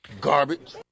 Garbage